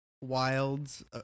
wilds